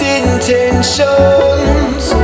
intentions